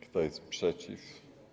Kto jest przeciw?